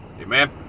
Amen